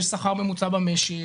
יש שכר ממוצע במשק,